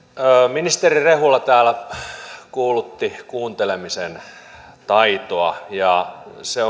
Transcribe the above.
ministeri rehula täällä kuulutti kuuntelemisen taitoa ja se